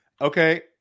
Okay